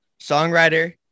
songwriter